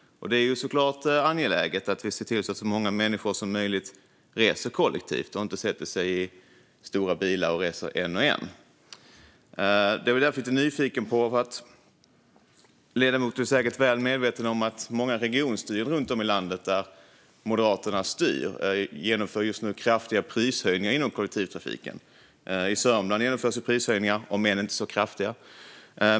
Det är såklart angeläget att vi ser till att så många människor som möjligt reser kollektivt och inte sätter sig i stora bilar och reser en och en. Därför är jag lite nyfiken på en sak. Ledamoten är säkert väl medveten om att man i många moderatstyrda regioner runt om i landet just nu genomför kraftiga prishöjningar inom kollektivtrafiken. I Sörmland genomförs prishöjningar, om än inte så kraftiga.